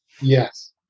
Yes